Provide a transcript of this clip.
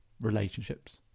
relationships